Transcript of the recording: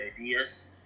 ideas